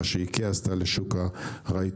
מה שאיקאה עשתה לשוק הרהיטים,